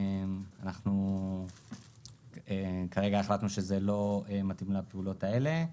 אנחנו כרגע החלטנו שזה לא מתאים לפעולות האלה.